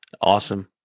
Awesome